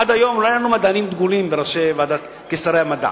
עד היום לא היו לנו מדענים דגולים כשרי מדע,